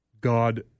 God